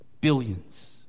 Billions